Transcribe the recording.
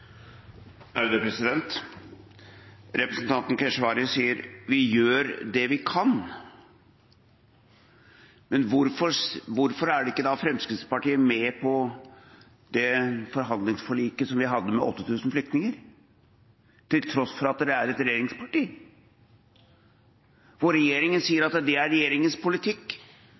Representanten Keshvari sier: Vi gjør det vi kan. Hvorfor var ikke Fremskrittspartiet da med på det forhandlingsforliket som vi inngikk, om 8 000 flyktninger – til tross for at partiet er et regjeringsparti og regjeringa sier